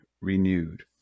renewed